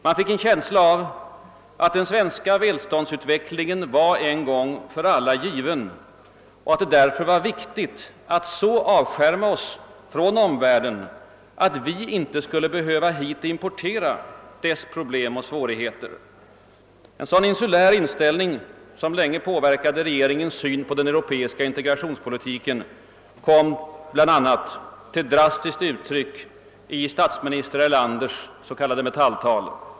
Man fick en känsla av att den svenska välståndsutvecklingen var en gång för alla given och att det därför var viktigt att så avskärma oss från omvärlden, att vi inte skulle behöva importera dess problem och svårigheter. Denna »insulära» inställning, som länge påverkade regeringens syn på den europeiska integrationspolitiken, kom bl.a. till drastiskt uttryck i statsminister Erlanders s.k. Metalltal.